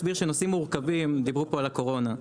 דיברו על הקורונה.